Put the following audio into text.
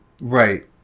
Right